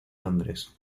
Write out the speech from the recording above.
londres